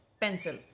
pencil